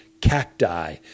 cacti